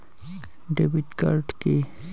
Debit card key?